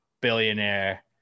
billionaire